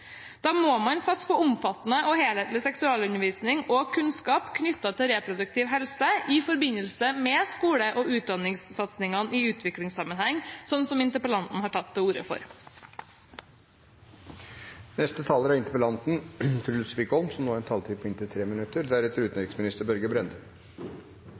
Da må man satse på omfattende og helhetlig seksualundervisning og kunnskap knyttet til reproduktiv helse i forbindelse med skole- og utdanningssatsingene i utviklingssammenheng, slik interpellanten har tatt til orde for. I likhet med flere synes jeg det er et viktig tema jeg har